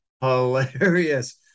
hilarious